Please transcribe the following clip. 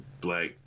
Black